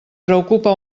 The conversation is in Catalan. preocupa